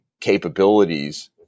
capabilities